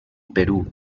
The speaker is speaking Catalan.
perú